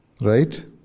Right